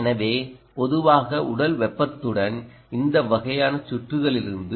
எனவே பொதுவாக உடல் வெப்பத்துடன் இந்த வகையான சுற்றுகளிலிருந்து 3